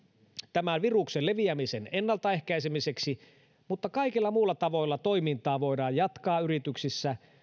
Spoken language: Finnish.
tämän viruksen leviämisen ennaltaehkäisemiseksi mutta kaikilla muilla tavoilla toimintaa voidaan jatkaa yrityksissä